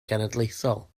genedlaethol